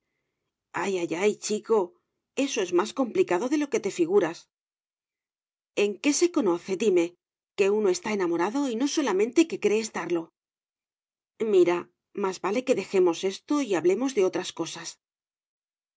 ay ay ay chico eso es más complicado de lo que te figuras en qué se conoce dime que uno está enamorado y no solamente que cree estarlo mira más vale que dejemos esto y hablemos de otras cosas